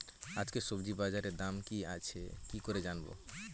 আজকে সবজি বাজারে দাম কি আছে কি করে জানবো?